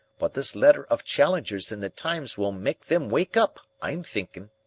but this letter of challenger's in the times will make them wake up, i'm thinking.